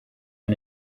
and